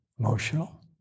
Emotional